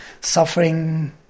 suffering